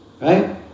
Right